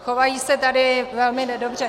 Chovají se tady velmi nedobře.